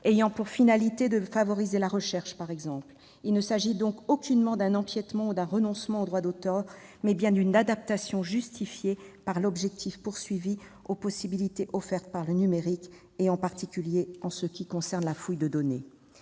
ayant pour finalité par exemple de favoriser la recherche. Il ne s'agit donc aucunement d'un empiètement ou d'un renoncement au droit d'auteur, mais bien d'une adaptation justifiée par l'objectif poursuivi aux possibilités offertes par le numérique, en particulier en ce qui concerne la fouille de données.